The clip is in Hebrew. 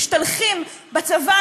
משתלחים בצבא,